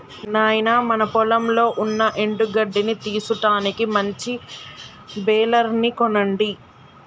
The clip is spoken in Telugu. నాయినా మన పొలంలో ఉన్న ఎండు గడ్డిని తీసుటానికి మంచి బెలర్ ని కొనండి